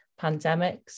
pandemics